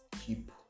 keep